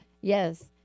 yes